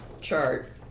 chart